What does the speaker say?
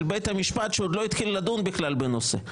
בית המשפט שעוד לא התחיל לדון בכלל בנושא.